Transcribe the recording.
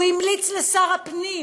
הוא המליץ לשר הפנים: